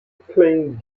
playing